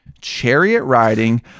chariot-riding